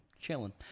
chilling